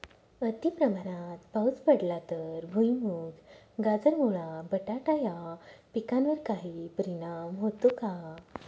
अतिप्रमाणात पाऊस पडला तर भुईमूग, गाजर, मुळा, बटाटा या पिकांवर काही परिणाम होतो का?